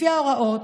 לפי ההוראות,